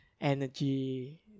Energy